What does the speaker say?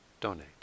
donate